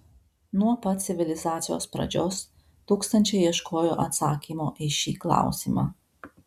nuo pat civilizacijos pradžios tūkstančiai ieškojo atsakymo į šį klausimą